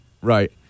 right